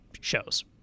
shows